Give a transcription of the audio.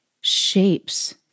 shapes